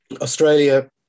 Australia